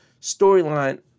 storyline